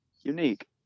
unique